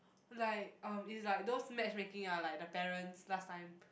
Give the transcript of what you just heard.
like um is like those matchmaking ah like the parents last time